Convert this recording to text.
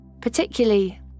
Particularly